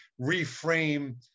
reframe